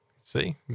See